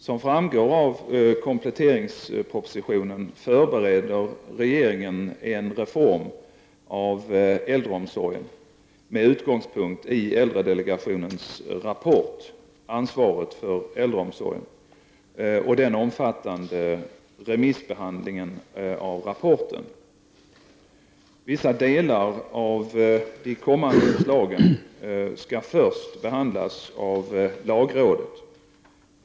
Som framgår av kompletteringspropositionen förbereder regeringen en reform av äldreomsorgen med utgångspunkt i äldredelegationens rapport Ansvaret för äldreomsorgen, och den omfattande remissbehandlingen av rapporten. Vissa delar av de kommande förslagen skall först behandlas av lagrådet.